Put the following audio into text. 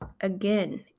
again